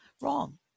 Wrong